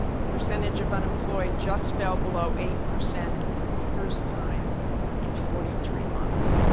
the percentage of unemployed just fell below eight percent for the first time in forty three months.